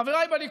חבריי בליכוד,